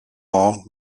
all